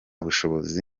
bushobozi